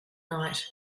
night